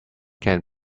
can